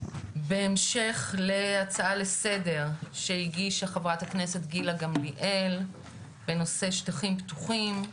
בהמשך להצעה לסדר שהגישה חברת הכנסת גילה גמליאל בנושא שטחים פתוחים.